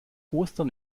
ostern